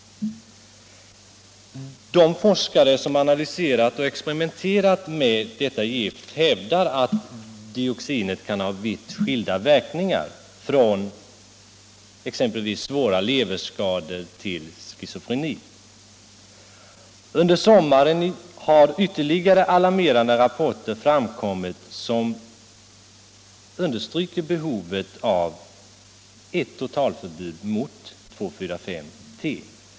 De forskare som analyserat och experimenterat med detta gift hävdar att dioxinet kan ha vitt skilda verkningar — från exempelvis svåra leverskador till schizofreni. Under sommaren har ytterligare alarmerande rapporter framkommit, som understryker behovet av ett totalförbud mot 2,4,5-T.